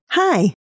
Hi